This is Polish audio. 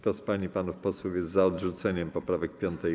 Kto z pań i panów posłów jest za odrzuceniem poprawek 5. i